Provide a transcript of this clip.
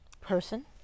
person